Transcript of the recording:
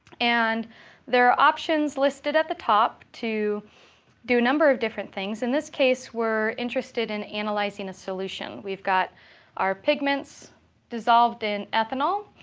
and there are options listed at the top to do a number of different things. in this case, we're interested in analyzing a solution. we've got our pigments dissolved in ethanol,